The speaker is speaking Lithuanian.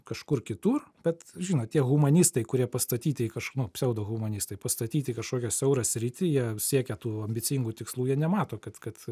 kažkur kitur bet žinot tie humanistai kurie pastatyti į kažku nu psiaudo humanistai pastatyti kažkokią siaurą sritį jie siekia tų ambicingų tikslų jie nemato kad kad